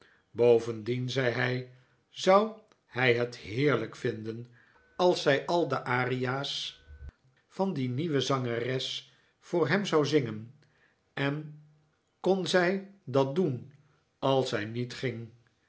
bovendien zei hij zou hij het heerlijk vinden als zij al de aria's van die nieuwe zangeres voor hem zou zingen en kon zij dat doen als zij niet ging